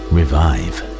Revive